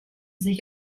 sich